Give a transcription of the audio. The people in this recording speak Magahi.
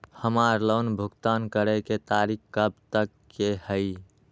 हमार लोन भुगतान करे के तारीख कब तक के हई?